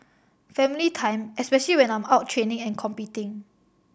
family time especially when I'm out training and competing